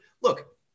look